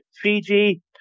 fiji